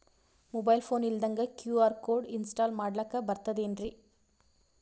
Mobile phone ಇಲ್ದಂಗ Q R code install ಮಾಡ್ಲಕ ಬರ್ತದೇನ್ರಿ?